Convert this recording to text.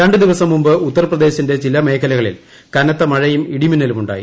രണ്ടു ദിവസം മുമ്പ് ഉത്തർപ്രദേശിന്റെ ചില മേഖലകളിൽ കനത്ത മഴയും ഇടിമിന്നലുമുണ്ടായി